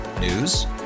News